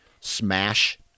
smash